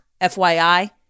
FYI